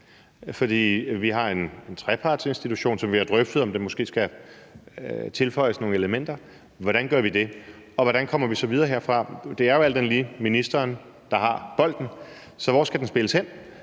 vi har en trepartsinstitution, som vi har drøftet måske skal tilføjes nogle elementer. Hvordan gør vi det, og hvordan kommer vi så videre herfra? Det er jo alt andet lige ministeren, der har bolden, så hvor skal den spilles hen?